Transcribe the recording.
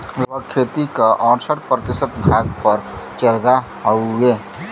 लगभग खेती क अड़सठ प्रतिशत भाग पर चारागाह हउवे